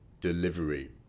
delivery